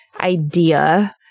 idea